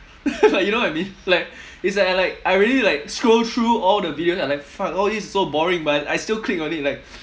you know what I mean like it's like I like I really like scroll through all the videos I like fuck oh this is so boring but I still click on it like